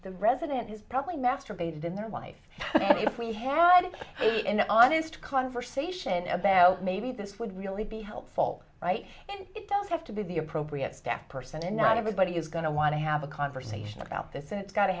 president has probably masturbated in their life if we had an honest conversation about maybe this would really be helpful right and it does have to be the appropriate staff person and not everybody is going to want to have a conversation about this and it's got to